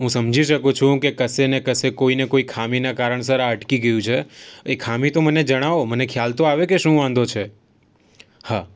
હું સમજી શકું છું કે કશે ને કશે કોઈને કોઈ ખામીના કારણસર આ અટકી ગયું છે એ ખામી તો મને જણાવો મને ખ્યાલ તો આવે કે શું વાંધો છે હા